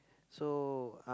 so